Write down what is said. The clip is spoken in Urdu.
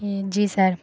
جی سر